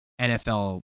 NFL